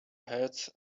heads